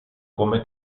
come